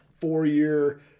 four-year